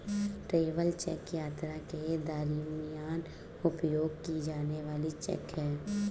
travel cheque यात्रा के दरमियान उपयोग की जाने वाली चेक है